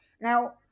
Now